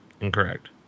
Incorrect